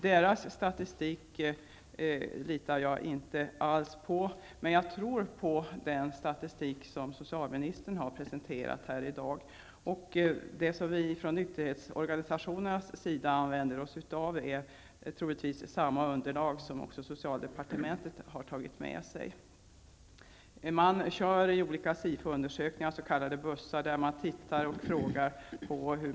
Deras statistik litar jag inte alls på, men jag tror på den statistik som socialministern har presenterats här i dag. Den statistik nykterhetsorganisationerna använder har troligtvis samma underlag som den socialministern har tagit med sig. Man kör olika månadersperioden.